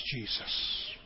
Jesus